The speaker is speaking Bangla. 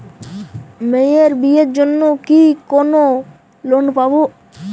মেয়ের বিয়ের জন্য কি কোন লোন পাব?